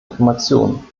information